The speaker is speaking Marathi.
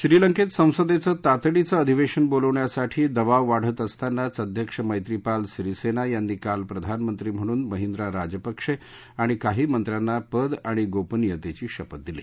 श्रीलंकेत संसदेचं तातडीचं अधिवेशन बोलवण्यासाठी दाबाव वाढत असतानाच अध्यक्ष मैत्रीपाल सीरीसेना यांनी काल प्रधानमंत्री म्हणून महिद्रा राजपक्षे आणि काही मंत्र्याना पद आणि गोपनीयतेची शपथ दिली